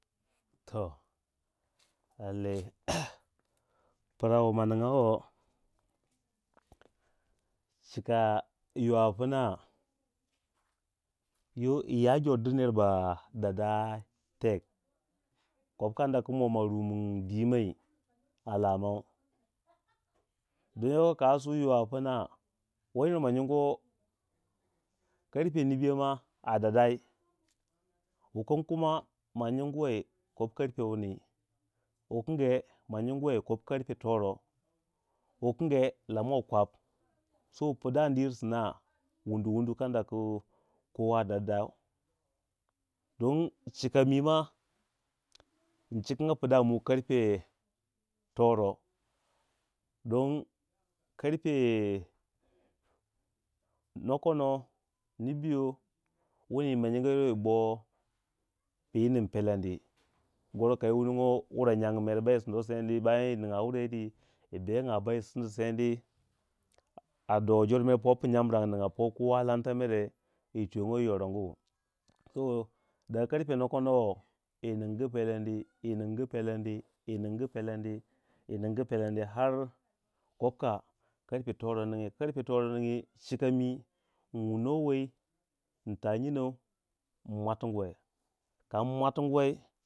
Toh lallai pra wu ma ningya wo chika yo a pna yo iya jor du ner ba danda tek kopu kanda mo ma rumin dwii mei a lamau din yoko ka suwi yo pna, wo yi ner wu ma nyinguwei karpe nibiyo ma, ma nyingu wei yo a dandayi wukin kuma ma nyingu wei kopu karpe wuni wu kange ma nyingu wei karpe toro wu kinge lamu wei kwap so pda ni yir sina wundu wundu kadda ku kowa dardau ding chika mi ma in cikinga pdamiu karpe toro don karpe nokono nibiyo wini ma nyinga yirwei yibo pyu ning pelendi goro kayi wunogyo wurei nyangi mere ba yi sinoseni ningya wurrei yiri yi bengya ba yi sindu sendi a do jor mere popu nyambirangu ningya po kowa lanta mere yi twiyongya yi yorongu so nokono wo yi ningu pelendi yi ningu pelendi yi ningu pelendi har kopu ko karpe toro ningyi ka karpe toro ningyi chika mi mwuno wei nta nyinou nmwatingoi kam nmwatungwai.